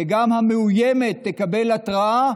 וגם המאוימת תקבל התראה,